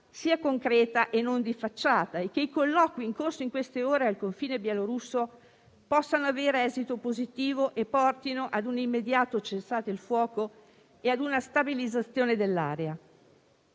sia concreta e non di facciata e che i colloqui in corso in queste ore al confine bielorusso possano avere esito positivo e portino a un immediato cessate il fuoco e ad una stabilizzazione dell'area.